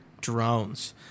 drones